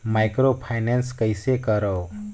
Microfinance कइसे करव?